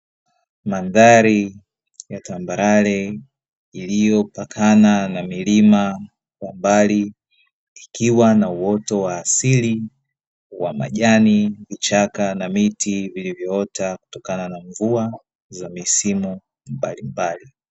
Mandhari ya tambarare iliyopakana na milima kwa mbali, ikiwa na uoto wa asili wa majani, vichaka na miti vilivyoota, kutokana na mvua za misimu mbalimbali.